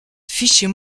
fichez